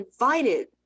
invited